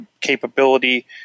Capability